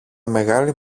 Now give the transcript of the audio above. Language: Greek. μεγάλη